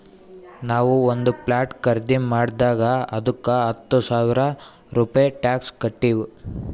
ನಾವು ಒಂದ್ ಪ್ಲಾಟ್ ಖರ್ದಿ ಮಾಡಿದಾಗ್ ಅದ್ದುಕ ಹತ್ತ ಸಾವಿರ ರೂಪೆ ಟ್ಯಾಕ್ಸ್ ಕಟ್ಟಿವ್